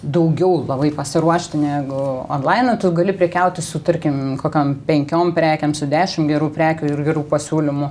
daugiau labai pasiruošti negu onlainą tu gali prekiauti su tarkim kokiom penkiom prekėm su dešim gerų prekių ir gerų pasiūlymų